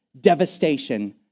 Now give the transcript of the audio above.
devastation